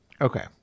Okay